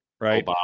right